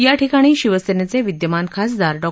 याठिकाणी शिवसेनेचे विद्यमान खासदार डॉ